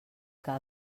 que